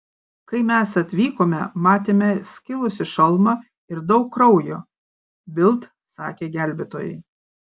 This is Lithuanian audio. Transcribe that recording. kai mes atvykome matėme skilusį šalmą ir daug kraujo bild sakė gelbėtojai